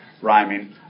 rhyming